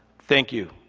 thank you,